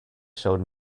showed